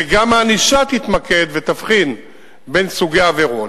וגם הענישה תתמקד ותבחין בין סוגי העבירות.